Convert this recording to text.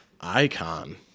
Icon